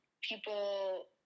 people